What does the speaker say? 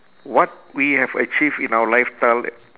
what we have achieved in our lifetime